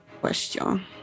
question